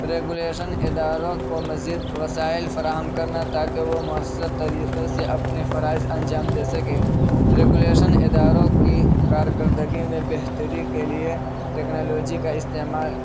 regulation اداروں کو مزید وسائل فراہم کرنا تا کہ وہ مؤثر طریقے سے اپنے فرائض انجام دے سکیں ریگولیشن اداروں کی کارکردگی میں بہتری کے لیے ٹیکنالوجی کا استعمال